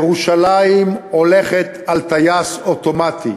ירושלים הולכת על טייס אוטומטי,